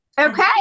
Okay